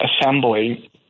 assembly